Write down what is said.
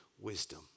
wisdom